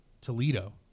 Toledo